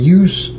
use